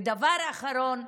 ודבר אחרון,